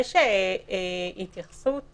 יש התייחסות